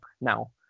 now